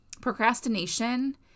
procrastination